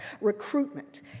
recruitment